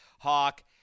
Hawk